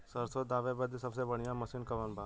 सरसों दावे बदे सबसे बढ़ियां मसिन कवन बा?